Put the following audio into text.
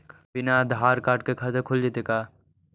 बिना आधार कार्ड के खाता खुल जइतै का?